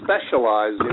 specialize